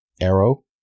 Arrow